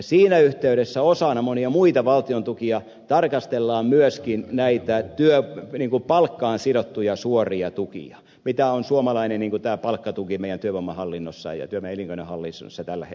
siinä yhteydessä osana monia muita valtion tukia tarkastellaan myöskin näitä palkkaan sidottuja suoria tukia mitä on suomalainen palkkatuki meidän työvoima ja elinkeinohallinnossa tällä hetkellä